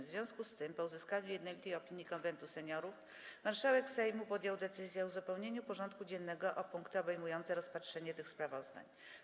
W związku z tym, po uzyskaniu jednolitej opinii Konwentu Seniorów, marszałek Sejmu podjął decyzję o uzupełnieniu porządku dziennego o punkty obejmujące rozpatrzenie tych sprawozdań.